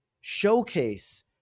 showcase